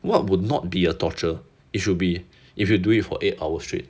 what would not be a torture it should be if you do it for eight hour straight